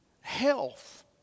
Health